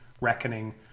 Reckoning